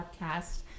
podcast